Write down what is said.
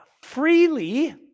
freely